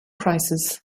crisis